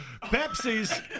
Pepsi's